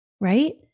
right